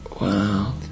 Wow